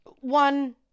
One